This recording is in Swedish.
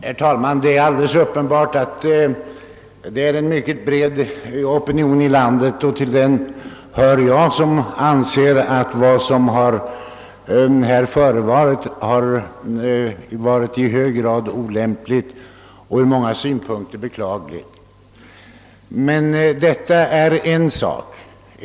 Herr talman! Det är alldeles uppenbart att det finns en mycket bred opinion i landet, vilken även jag tillhör, som anser att vad som här har förevarit i hög grad varit olämpligt och ur många synpunkter beklagligt. Men detta är en sak.